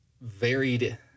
varied